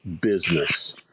business